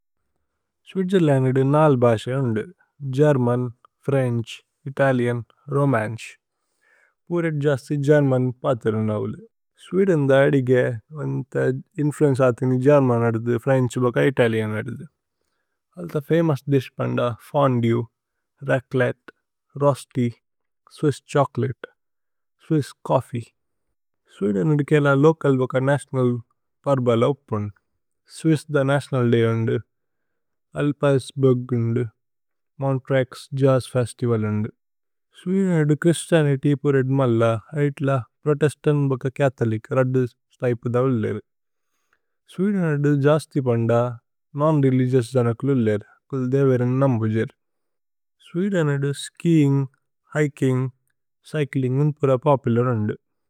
Switzerland has four languages. German, French, Italian, and Romansh. Most of the people speak German. Switzerland is influenced by Germany, French and Italian. Famous dishes are fondue, raclette, rösti, Swiss chocolate, Swiss coffee. Switzerland has several national festivals. There is Swiss national day, Alpsburg, and Montreux jazz festival. Switzerland is not entirely Christian. There are only two types of Catholics, Protestants and Catholics. Switzerland does not have many non-religious people. They believe in God. Switzerland is popular for skiing, hiking, and cycling.